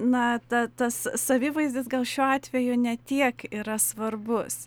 na ta tas savivaizdis gal šiuo atveju ne tiek yra svarbus